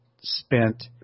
spent